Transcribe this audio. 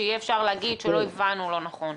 שיהיה אפשר להגיד שלא הבנו לא נכון,